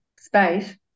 space